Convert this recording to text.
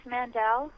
Mandel